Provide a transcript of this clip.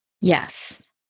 Yes